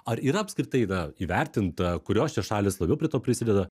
ar yra apskritai na įvertinta kurios čia šalys labiau prie to prisideda